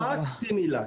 רק סימילאק.